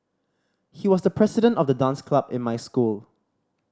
he was the president of the dance club in my school